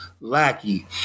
Lackey